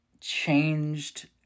changed